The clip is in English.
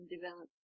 develop